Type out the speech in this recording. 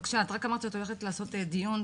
בבקשה, את רק אמרת שאת הולכת לעשות דיון,